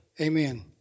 Amen